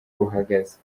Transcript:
buhagaze